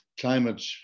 climate